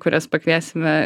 kurias pakviesime